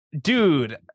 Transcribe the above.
Dude